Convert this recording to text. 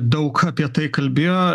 daug apie tai kalbėjo